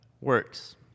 works